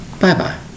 Bye-bye